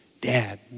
dad